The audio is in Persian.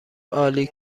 عالی